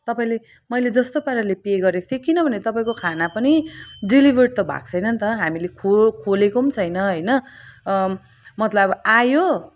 तपाईँले मैले जस्तो पाराले पे गरेको थिएँ किनभने तपाईँको खाना पनि डेलिभर्ड त भएको छैन नि त हामीले खो खोलेको पनि छैन होइन मतलब आयो